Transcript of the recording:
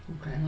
Okay